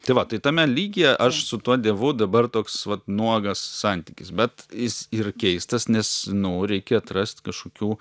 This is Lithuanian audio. tai va tai tame lygyje aš su tuo dievu dabar toks vat nuogas santykis bet jis ir keistas nes nori atrast kažkokių